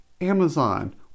Amazon